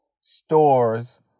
stores